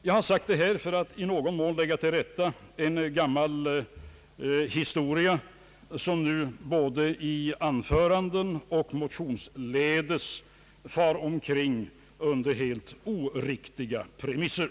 Jag har velat säga detta för att i någon mån lägga till rätta en gammal historia som nu både i anföranden och motionsledes far omkring under helt oriktiga premisser.